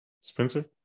Spencer